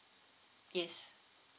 yes